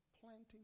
planting